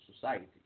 society